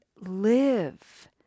live